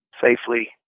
safely